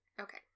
Okay